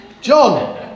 John